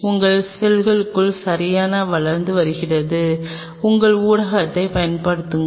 உங்கள் செல்களுக்குள் சரியாக வளர்ந்து வருகிறது உங்கள் ஊடகத்தைப் பயன்படுத்துங்கள்